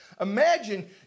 Imagine